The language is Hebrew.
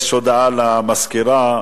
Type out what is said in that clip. יש הודעה למזכירה.